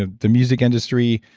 ah the music industry,